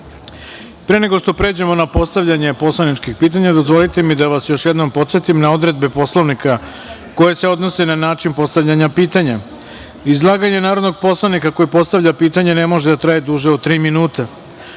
nego što pređemo na postavljanje poslaničkih pitanja, dozvolite mi da vas još jednom podsetim na odredbe Poslovnika koje se odnose na način postavljanja pitanja. Izlaganje narodnog poslanika koji postavlja pitanje ne može da traje duže od tri minuta,